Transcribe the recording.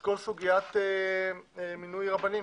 לגבי כל סוגיית מינוי הרבנים.